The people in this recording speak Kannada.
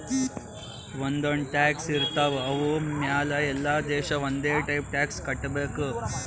ಒಂದ್ ಒಂದ್ ಟ್ಯಾಕ್ಸ್ ಇರ್ತಾವ್ ಅವು ಮ್ಯಾಲ ಎಲ್ಲಾ ದೇಶ ಒಂದೆ ಟೈಪ್ ಟ್ಯಾಕ್ಸ್ ಕಟ್ಟಬೇಕ್